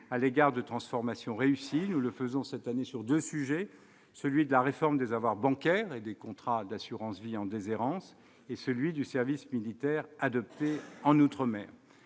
» à des transformations réussies. Nous le faisons cette année à propos de deux sujets, celui de la réforme des avoirs bancaires et des contrats d'assurance vie en déshérence et celui du service militaire adapté en outre-mer.